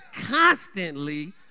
Constantly